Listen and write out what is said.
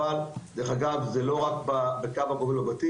אבל צריך לא רק בקו הגובל בבתים,